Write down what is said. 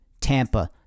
Tampa